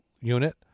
Unit